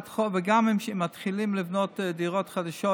גם אם מתחילים לבנות דירות חדשות,